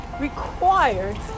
required